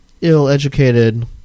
ill-educated